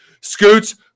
Scoots